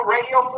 Radio